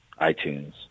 iTunes